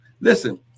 listen